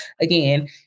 again